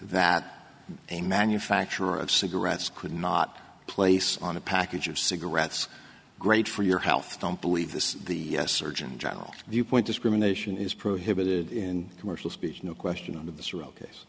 that a manufacturer of cigarettes could not place on a package of cigarettes great for your health don't believe this the surgeon general viewpoint discrimination is prohibited in commercial speech no question of th